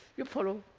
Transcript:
you follow?